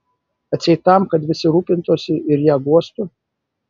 atseit tam kad visi rūpintųsi ir ją guostų